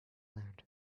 land